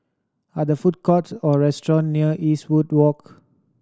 are there food courts or restaurants near Eastwood Walk